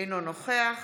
אינו נוכח